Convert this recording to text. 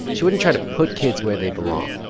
she wouldn't try to put kids where they belong.